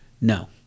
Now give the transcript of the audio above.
No